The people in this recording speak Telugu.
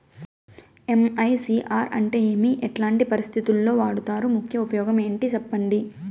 ఎమ్.ఐ.సి.ఆర్ అంటే ఏమి? ఎట్లాంటి పరిస్థితుల్లో వాడుతారు? ముఖ్య ఉపయోగం ఏంటి సెప్పండి?